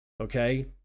okay